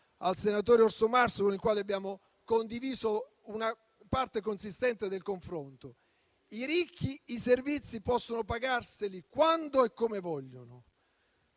al senatore Orsomarso con il quale abbiamo condiviso una parte consistente del confronto. I ricchi possono pagarsi i servizi quando e come vogliono.